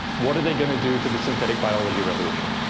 what are they going to do to the synthetic biology revolution.